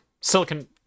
Silicon